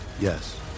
Yes